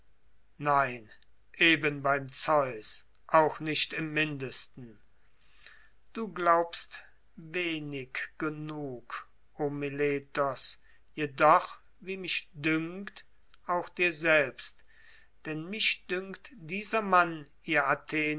nein eben beim zeus auch nicht im mindesten du glaubst wenig genug o meletos jedoch wie mich dünkt auch dir selbst denn mich dünkt dieser mann ihr athener